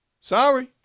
Sorry